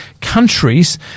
countries